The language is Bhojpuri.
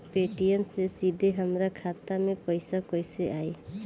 पेटीएम से सीधे हमरा खाता मे पईसा कइसे आई?